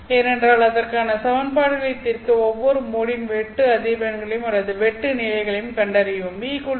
ஏனென்றால் அதற்கான சமன்பாடுகளை தீர்க்க ஒவ்வொரு மோடின் வெட்டு அதிர்வெண்களையும் அல்லது வெட்டு நிலைகளையும் கண்டறியவும்